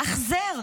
החזר.